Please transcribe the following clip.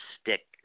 stick